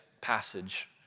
passage